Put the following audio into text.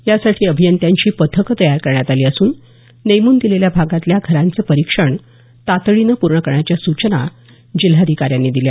यासाठी अभियंत्यांची पथकं तयार करण्यात आली असून नेमून दिलेल्या भागातल्या घरांचं परीक्षण तातडीने पूर्ण करण्याच्या सूचना जिल्हाधिऱ्यांनी दिल्या